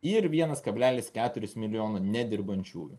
ir vienas kablelis keturis milijono nedirbančiųjų